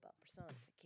personification